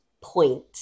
point